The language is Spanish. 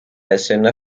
escena